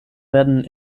werden